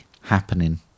happening